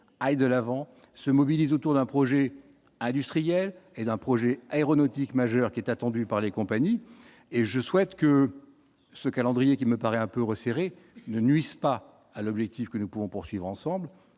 aille de l'avant se mobilisent autour d'un projet industriel et d'un projet aéronautique majeur qui est attendu par les compagnies et je souhaite que ce calendrier qui me paraît un peu resserré ne nuisent pas à l'objectif que nous pouvons poursuivre ensemble,